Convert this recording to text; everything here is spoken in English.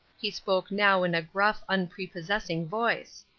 he spoke now in a gruff, unprepossessing voice